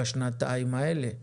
בשנתיים האלה,